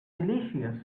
delicious